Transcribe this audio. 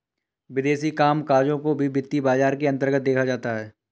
विदेशी कामकजों को भी वित्तीय बाजार के अन्तर्गत देखा जाता है